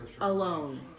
alone